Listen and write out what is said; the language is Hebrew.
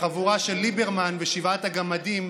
החבורה של ליברמן ושבעת הגמדים,